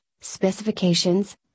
specifications